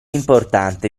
importante